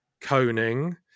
coning